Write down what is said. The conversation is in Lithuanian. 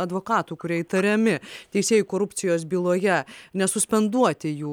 advokatų kurie įtariami teisėjų korupcijos byloje nesuspenduoti jų